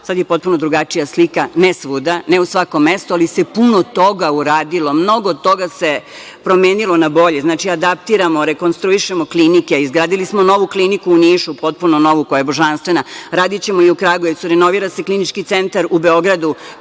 Sad je potpuno drugačija slika, ne svuda, ne u svakom mestu, ali se puno toga uradilo, mnogo toga se promenilo na bolje, znači, adaptiramo, rekonstruišemo klinike. Izgradili smo novu kliniku u Nišu, potpuno novu, koja je božanstvena. Radićemo i u Kragujevcu. Renovira se Klinički centar u Beogradu